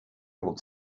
able